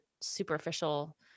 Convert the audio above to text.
superficial